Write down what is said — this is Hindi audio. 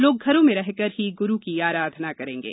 लोग घरों में रहकर ही गुरू की आराधना करेंगे